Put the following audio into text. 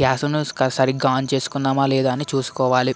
గ్యాస్ని సరిగ్గా ఆన్ చేసుకున్నామా లేదా చూసుకోవాలి